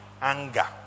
anger